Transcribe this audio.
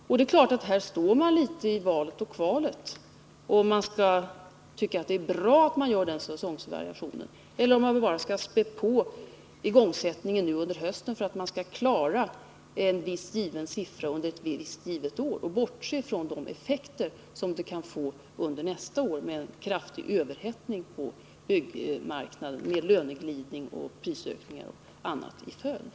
Här står man givetvis litet i valet och kvalet i fråga om huruvida man skall tycka att det är bra att göra en sådan säsongsvariation eller om man bara skall spä på igångsättningen nu under hösten för att uppnå en viss given produktionssiffra under ett visst givet år och bortse från de effekter som detta kan få under nästa år i form av en kraftig överhettning på byggmarknaden med löneglidning, prishöjningar och annat som följd.